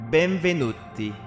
Benvenuti